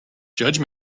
judge